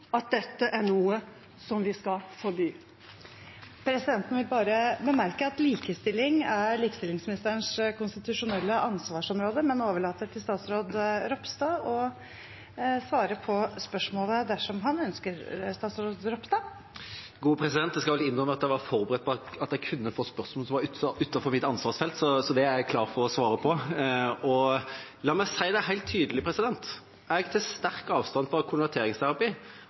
at dette er noe som vi skal forby? Presidenten vil bare bemerke at likestilling er likestillingsministerens konstitusjonelle ansvarsområde, men overlater til statsråd Ropstad å svare på spørsmålet dersom han ønsker det. Jeg skal innrømme at jeg var forberedt på at jeg kunne få spørsmål som er utenfor mitt ansvarsfelt, så det er jeg klar for å svare på. La meg si det helt tydelig: Jeg tar sterkt avstand